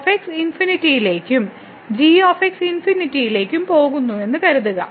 f ഇൻഫിനിറ്റിയിലേക്കും g ഇൻഫിനിറ്റിയിലേക്കും പോകുന്നു എന്ന് കരുതുക